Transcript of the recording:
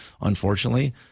unfortunately